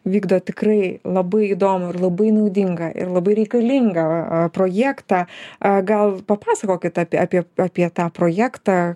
vykdo tikrai labai įdomu ir labai naudingą ir labai reikalingą aaa projektą gal papasakokit apie apie apie tą projektą